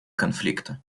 конфликта